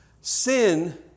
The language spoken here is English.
Sin